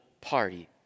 party